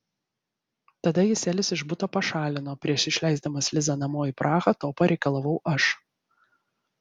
tada jis elis iš buto pašalino prieš išleisdamas lizą namo į prahą to pareikalavau aš